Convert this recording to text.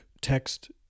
text